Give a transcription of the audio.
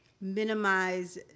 minimize